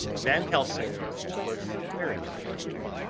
van helsing was very kind to him.